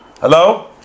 Hello